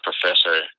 professor